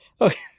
Okay